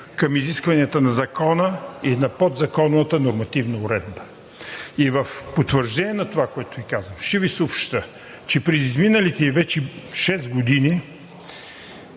към изискванията на закона и на подзаконовата нормативна уредба. В потвърждение на това, което Ви казвам, ще Ви съобщя, че през изминалите вече шест години